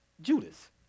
Judas